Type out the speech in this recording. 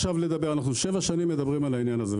אנחנו שבע שנים מדברים על העניין הזה.